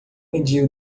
medir